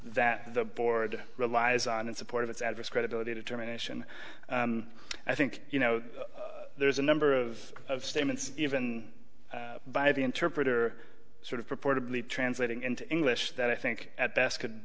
that the board relies on in support of its advice credibility determination i think you know there's a number of statements even by the interpreter sort of purportedly translating into english that i think at best could